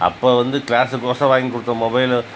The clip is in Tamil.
அப்போ வந்து கிளாஸ்க்கு ஒசரம் வாங்கிக் கொடுத்த மொபைலு